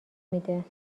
میده